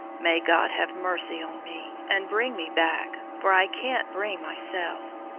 may god have mercy on me, and bring me back, for i can't bring myself!